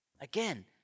Again